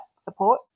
support